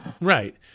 Right